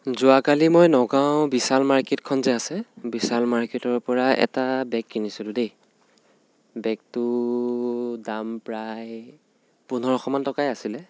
যোৱাকালি মই নগাঁও বিশাল মাৰ্কেটখন যে আছে বিশাল মাৰ্কেটৰ পৰা এটা বেগ কিনিছিলোঁ দেই বেগটোৰ দাম প্ৰায় পোন্ধৰশমান টকাই আছিলে